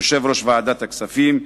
יושב-ראש ועדת הכספים,